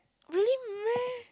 really meh